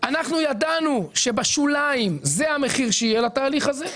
ידענו שבשוליים זה המחיר שיהיה לתהליך הזה.